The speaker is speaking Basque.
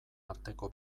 arteko